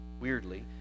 weirdly